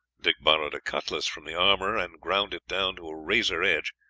dick borrowed a cutlass from the armorer and ground it down to a razor edge,